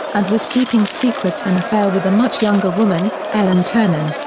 and was keeping secret an affair with a much younger woman, ellen ternan.